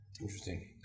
Interesting